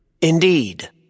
Indeed